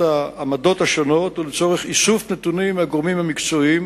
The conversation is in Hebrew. העמדות השונות ולצורך איסוף נתונים מהגורמים המקצועיים